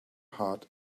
heart